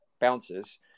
bounces